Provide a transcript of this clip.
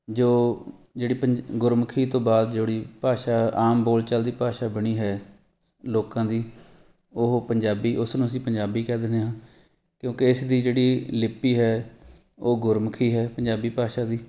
ਜੋ ਜਿਹੜੀ ਪੰਜ ਗੁਰਮੁਖੀ ਤੋਂ ਬਾਅਦ ਜਿਹੜੀ ਭਾਸ਼ਾ ਆਮ ਬੋਲਚਾਲ ਦੀ ਭਾਸ਼ਾ ਬਣੀ ਹੈ ਲੋਕਾਂ ਦੀ ਉਹ ਪੰਜਾਬੀ ਉਸ ਨੂੰ ਅਸੀਂ ਪੰਜਾਬੀ ਕਹਿ ਦਿੰਦੇ ਹਾਂ ਕਿਉਂਕਿ ਇਸ ਦੀ ਜਿਹੜੀ ਲਿਪੀ ਹੈ ਉਹ ਗੁਰਮੁਖੀ ਹੈ ਪੰਜਾਬੀ ਭਾਸ਼ਾ ਦੀ